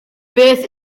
beth